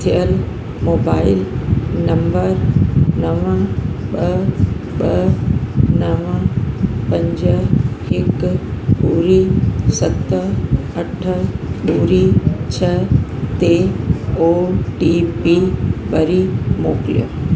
थियलु mobile number नव ॿ ॿ नव पंज हिकु ॿुड़ी सत अठ ॿुड़ी छह ते ओ टी पी वरी मोकिलियो